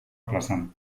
plazan